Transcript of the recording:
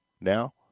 now